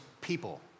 people